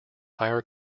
higher